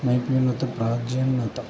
నైపుణ్యత ప్రద్యున్నత